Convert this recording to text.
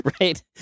right